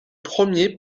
premier